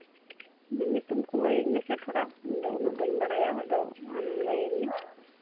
ᱧᱩᱛᱩᱢ ᱠᱚ ᱞᱟᱹᱭᱟᱹᱧ ᱢᱮᱥᱮ ᱛᱷᱚᱲᱟ ᱤᱧᱫᱚ ᱩᱱᱟᱹᱜ ᱵᱟᱹᱧ ᱵᱟᱲᱟᱭᱟ ᱟᱫᱚ ᱟᱢ ᱞᱟᱹᱭᱟᱹᱧ ᱢᱮ